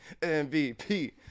MVP